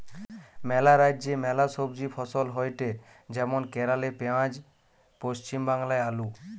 ম্যালা রাজ্যে ম্যালা সবজি ফসল হয়টে যেমন কেরালে পেঁয়াজ, পশ্চিম বাংলায় আলু